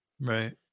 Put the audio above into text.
Right